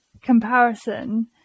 comparison